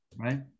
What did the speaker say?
right